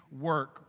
work